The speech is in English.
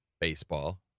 baseball